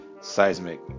seismic